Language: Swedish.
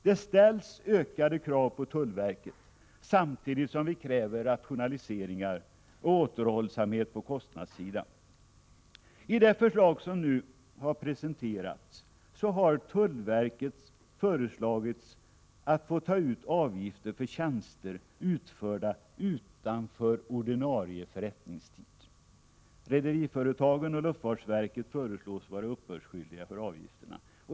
Det ställs ökade krav på tullverket samtidigt som vi kräver rationaliseringar och återhållsamhet på kostnadssidan. I det förslag som nu har presenterats föreslås tullverket få ta ut avgifter för tjänster utförda utanför ordinarie förrättningstid. Rederiföretagen och luftfartsverket föreslås vara uppbördsskyldiga för avgifterna.